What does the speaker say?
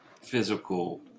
physical